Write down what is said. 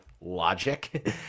logic